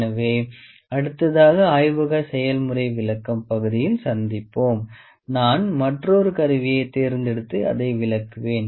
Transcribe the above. எனவே அடுத்ததாக ஆய்வக செயல்முறை விளக்கம் பகுதியில் சந்திப்போம் நான் மற்றொரு கருவியை தேர்ந்தெடுத்து அதை விளக்குவேன்